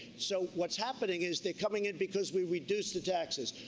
so what's happening is they're coming in because we reduced the taxes.